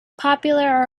popular